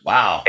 Wow